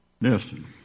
Listen